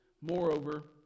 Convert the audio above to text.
Moreover